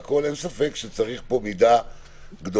אין ספק שזה מצריך מידה גדולה.